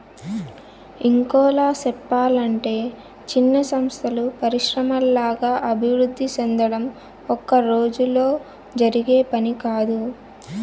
ఇంకోలా సెప్పలంటే చిన్న సంస్థలు పరిశ్రమల్లాగా అభివృద్ధి సెందడం ఒక్కరోజులో జరిగే పని కాదు